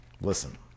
Listen